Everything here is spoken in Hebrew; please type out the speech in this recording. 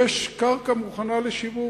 יש קרקע מוכנה לשיווק.